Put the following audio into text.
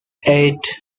eight